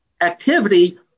activity